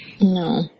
No